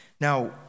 Now